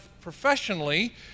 professionally